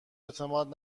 اعتماد